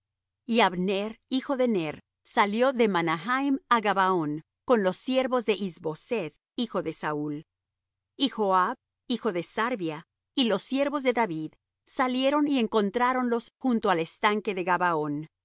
y abner hijo de ner salió de mahanaim á gabaón con los siervos de is boseth hijo de saúl y joab hijo de sarvia y los siervos de david salieron y encontráronlos junto al estanque de